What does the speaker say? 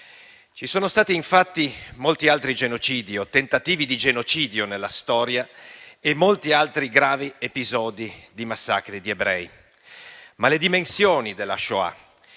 Ci sono stati molti altri genocidi o tentativi di genocidio nella storia e molti altri gravi episodi di massacri di ebrei. Ma le dimensioni della Shoah,